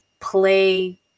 play